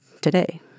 today